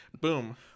boom